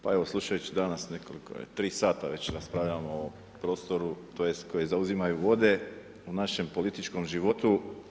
Pa evo, slušajući danas nekoliko, evo tri sata već raspravljamo o prostoru tj. koji zauzimaju vode u našem političkom životu.